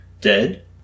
Dead